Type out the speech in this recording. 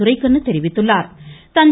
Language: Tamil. துரைக்கண்ணு தெரிவித்துள்ளாா்